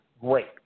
great